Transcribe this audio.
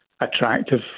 attractive